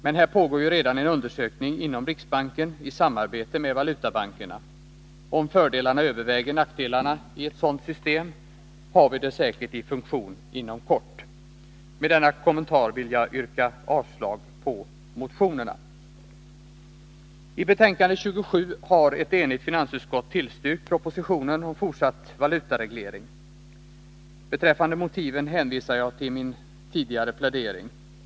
Men här pågår ju redan en undersökning inom riksbanken i samarbete med valutabankerna. Om fördelarna överväger nackdelarna i ett sådant system har vi det säkert i funktion inom kort. Med denna kommentar vill jag yrka avslag på motionerna. fortsatt valutareglering. Beträffande motiven hänvisar jag till min tidigare plädering.